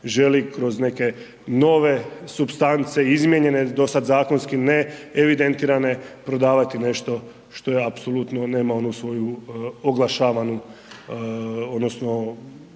želi kroz neke nove supstance, izmijenjene do sada zakonski ne evidentirane, prodavati što je apsolutno nema onu svoju oglašavanu odnosno